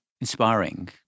inspiring